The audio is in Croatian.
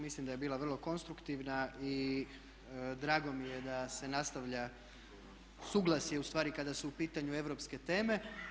Mislim da je bila vrlo konstruktivna i drago mi je da se nastavlja suglasje u stvari kada su u pitanju europske teme.